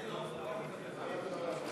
התשע"ט 2018, נתקבל.